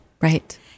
Right